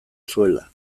zuela